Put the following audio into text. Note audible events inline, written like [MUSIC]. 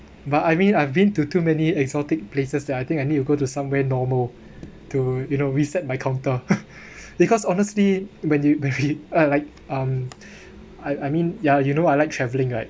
but I mean I've been to too many exotic places that I think I need to go to somewhere normal to you know reset my counter [LAUGHS] because honestly when you married [LAUGHS] uh like um I I mean yeah you know I like travelling right